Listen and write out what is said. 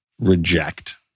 reject